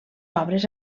obres